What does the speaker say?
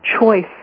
choice